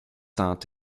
tend